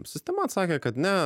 sistema atsakė kad ne